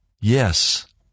Yes